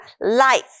life